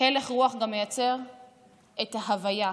הלך רוח גם מייצר את ההוויה.